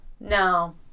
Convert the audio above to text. No